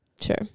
Sure